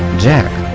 jack,